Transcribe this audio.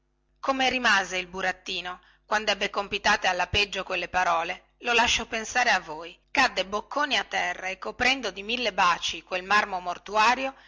come rimanesse il burattino quandebbe compitate alla peggio quelle parole lo lascio pensare a voi cadde bocconi a terra e coprendo di mille baci quel marmo mortuario